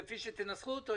כפי שתנסחו אותו,